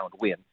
win